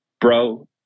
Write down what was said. bro